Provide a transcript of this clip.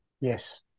Yes